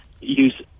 use